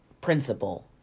principle